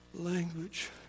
language